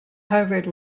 harvard